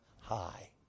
high